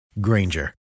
Granger